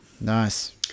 Nice